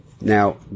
Now